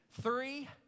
three